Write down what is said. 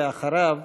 אחריו,